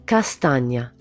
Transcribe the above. Castagna